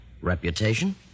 Reputation